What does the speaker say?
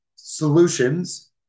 solutions